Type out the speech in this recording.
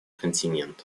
континент